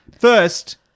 First